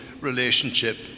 relationship